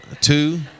two